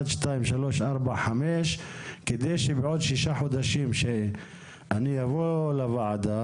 כדי שכשאני אבוא לוועדה